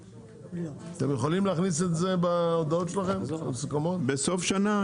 אתם יכולים להכניס את זה בהודעות בסוף שנה?